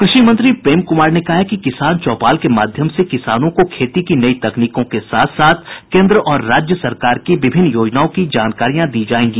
कृषि मंत्री प्रेम कुमार ने कहा है कि किसान चौपाल के माध्यम से किसानों को खेती की नई तकनीकों के साथ साथ केन्द्र और राज्य सरकार की विभिन्न योजनाओं की जानकारियां दी जायेगी